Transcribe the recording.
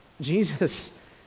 Jesus